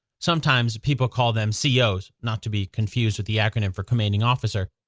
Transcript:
sometimes people called them c o s, not to be confused with the acronym for commanding officer.